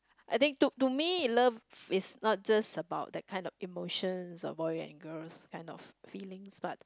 I think to to me in love is not just about that kind of emotions about the angers kind of feelings but